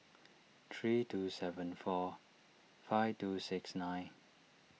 three two seven four five two six nine